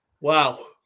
Wow